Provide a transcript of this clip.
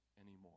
anymore